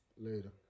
Later